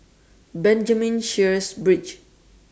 Benjamin Sheares Bridge